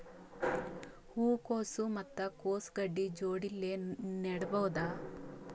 ಹೂ ಕೊಸು ಮತ್ ಕೊಸ ಗಡ್ಡಿ ಜೋಡಿಲ್ಲೆ ನೇಡಬಹ್ದ?